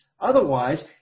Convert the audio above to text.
Otherwise